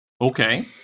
Okay